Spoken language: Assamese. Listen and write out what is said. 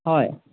হয়